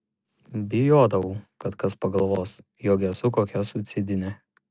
bijodavau kad kas pagalvos jog esu kokia suicidinė